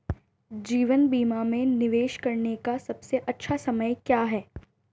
जीवन बीमा में निवेश करने का सबसे अच्छा समय क्या है?